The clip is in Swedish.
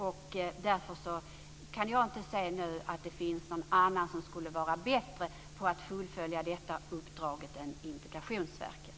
Jag kan inte se att det finns någon instans som skulle vara bättre på att fullfölja detta uppdrag än Integrationsverket.